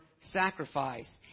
sacrifice